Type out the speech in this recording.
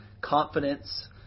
confidence